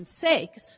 sakes